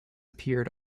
appeared